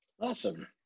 awesome